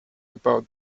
about